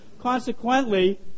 Consequently